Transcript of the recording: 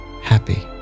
happy